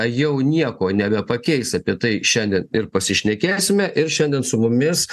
jau nieko nebepakeis apie tai šiandien ir pasišnekėsime ir šiandien su mumis